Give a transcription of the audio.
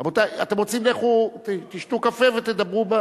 רבותי, אתם רוצים, לכו תשתו קפה ותדברו.